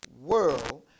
World